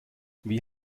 wie